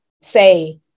say